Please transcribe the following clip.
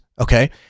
Okay